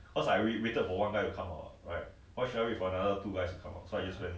risky not